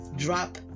Drop